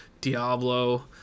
Diablo